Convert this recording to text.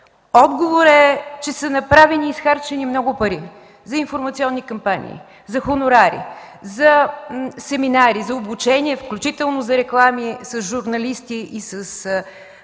Отговорът е, че са изхарчени много пари за информационни кампании, за хонорари, за семинари за обучение, включително за реклами с журналисти и с